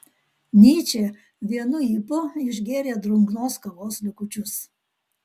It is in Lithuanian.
nyčė vienu ypu išgėrė drungnos kavos likučius